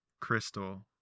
crystal